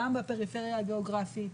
גם בפריפריה הגאוגרפית,